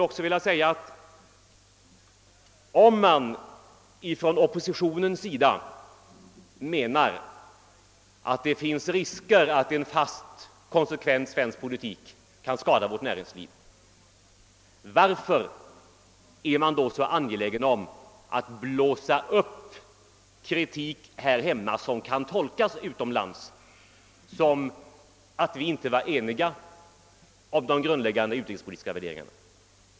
Om man från oppositionens sida menar att det finns risker för att en fast konsekvent svensk politik kan skada vårt näringsliv, varför är man då så angelägen om att blåsa upp kritik här hemma som utomlands kan tolkas på det sättet att vi inte är eniga om de grundläggande utrikespolitiska värderingarna?